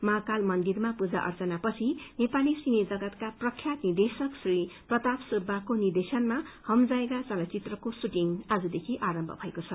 महाकाल मन्दिरमा पूजा अर्चना पछि नेपाली सिने जगतका प्रख्यात निर्देशक श्री प्रताप सुब्बाको निर्देशनमा हम जाएगा चलचित्रको शुटिंग आजदेखि आरम्भ भएको छ